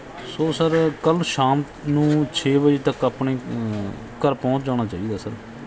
ਸੋ sir ਕੱਲ੍ਹ ਸ਼ਾਮ ਨੂੰ ਛੇ ਵਜੇ ਤੱਕ ਆਪਣੇ ਘਰ ਪਹੁੰਚ ਜਾਣਾ ਚਾਹੀਦਾ ਸਰ